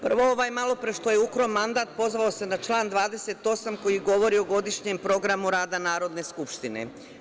Prvo, ovaj malo pre što je ukrao mandat, pozvao se na član 28. koji govori o godišnjem programu rada Narodne skupštine.